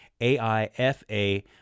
AIFA